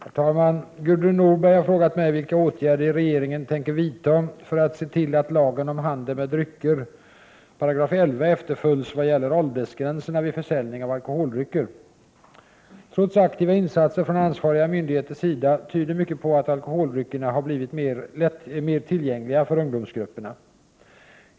Herr talman! Gudrun Norberg har frågat mig vilka åtgärder regeringen tänker vidta för att se till att lagen om handel med drycker 11 § efterföljs vad Trots aktiva insatser från ansvariga myndigheters sida tyder mycket på att alkoholdryckerna har blivit mer tillgängliga för ungdomsgrupperna.